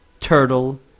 turtle